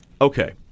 Okay